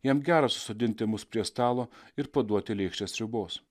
jam gera susodinti mus prie stalo ir paduoti lėkštę sriubos